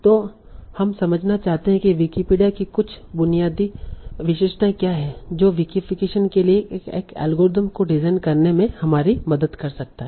तो हम समझना चाहते हैं विकिपीडिया की कुछ बुनियादी विशेषताएं क्या हैं जो विकीफीकेशन के लिए एक एल्गोरिथ्म को डिजाइन करने में हमारी मदद कर सकता हैं